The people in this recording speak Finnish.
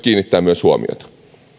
kiinnittää huomiota